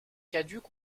caduques